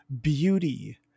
beauty